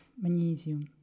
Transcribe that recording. magnesium